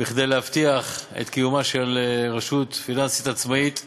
כדי להבטיח את קיומה של רשות פיננסית עצמאית.